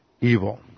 evil